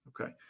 Okay